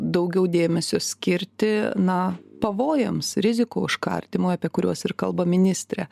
daugiau dėmesio skirti na pavojams rizikų užkardymui apie kuriuos ir kalba ministrė